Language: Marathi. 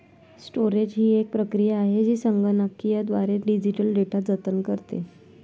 स्टोरेज ही एक प्रक्रिया आहे जी संगणकीयद्वारे डिजिटल डेटा जतन करते